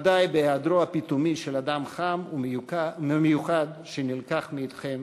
בוודאי בהיעדרו הפתאומי של אדם חם ומיוחד שנלקח מאתכם